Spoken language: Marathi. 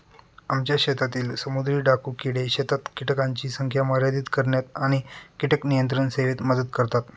आमच्या शेतातील समुद्री डाकू किडे शेतात कीटकांची संख्या मर्यादित करण्यात आणि कीटक नियंत्रण सेवेत मदत करतात